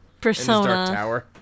Persona